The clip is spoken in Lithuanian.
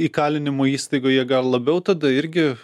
įkalinimo įstaigoje gal labiau tada irgi